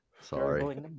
sorry